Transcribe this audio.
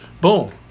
boom